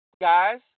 guys